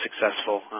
successful